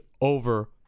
over